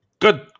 Good